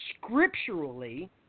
scripturally